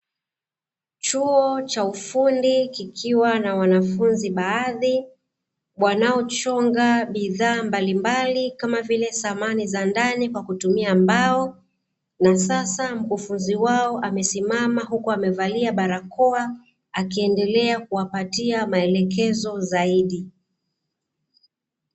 Chuo cha ufundi kikiwa na wanafunzi baadhi wanaochonga bidhaa mbalimbali, kama vile samani za kwaajili ya kutumia mbao na sasa mkufunzi wao amesimama, akiwa amevalia barakoa akiendelea kuwapatia maelekezo zaidi.